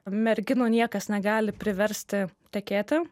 merginų niekas negali priversti tekėti